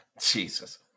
jesus